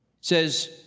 says